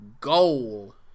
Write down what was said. Goal